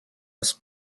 los